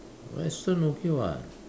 western okay [what]